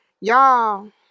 Y'all